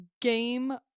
game